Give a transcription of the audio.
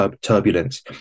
turbulence